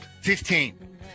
Fifteen